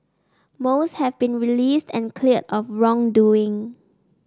most have been released and cleared of wrongdoing